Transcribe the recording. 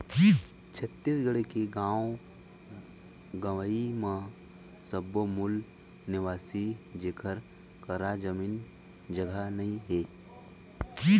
छत्तीसगढ़ के गाँव गंवई म सब्बो मूल निवासी जेखर करा जमीन जघा नइ हे